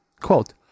Quote